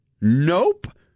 Nope